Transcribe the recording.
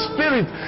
Spirit